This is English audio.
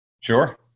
sure